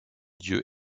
dieux